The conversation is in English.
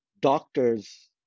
doctors